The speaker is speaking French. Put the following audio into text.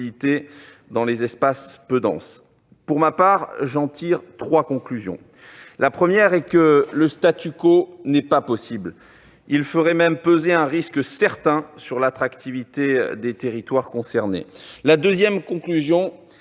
dans les espaces peu denses. Pour ma part, j'en tire trois conclusions. La première est que le n'est pas possible. Il ferait même peser un risque certain sur l'attractivité des territoires concernés. La deuxième est